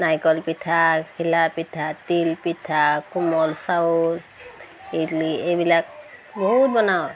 নাৰিকল পিঠা ঘিলা পিঠা তিলপিঠা কোমল চাউল ইডলি এইবিলাক বহুত বনাওঁ